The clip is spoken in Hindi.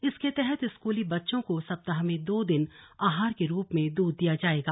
इसके तहत स्कूली बच्चों को सप्ताह में दो दिन आहार के रूप में दूध दिया जाएगा